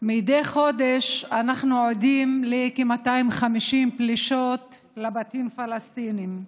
מדי חודש אנחנו עדים לכ-250 פלישות לבתים פלסטינים.